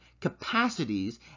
capacities